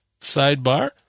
sidebar